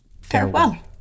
farewell